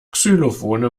xylophone